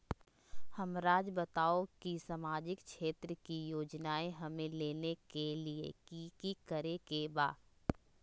हमराज़ बताओ कि सामाजिक क्षेत्र की योजनाएं हमें लेने के लिए कि कि करे के बा?